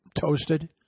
toasted